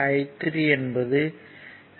I3 என்பது 2